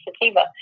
sativa